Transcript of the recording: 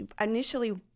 initially